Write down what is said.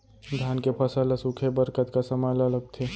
धान के फसल ल सूखे बर कतका समय ल लगथे?